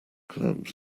clams